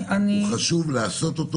חשוב לעשות אותו.